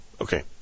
okay